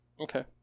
Okay